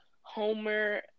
Homer